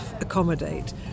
accommodate